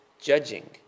judging